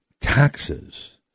taxes